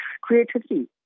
Creativity